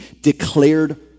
declared